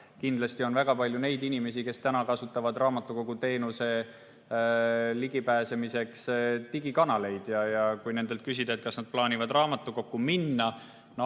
Kindlasti on väga palju neid inimesi, kes kasutavad raamatukoguteenusele ligipääsemiseks digikanaleid. Kui nendelt küsida, kas nad plaanivad raamatukokku minna, siis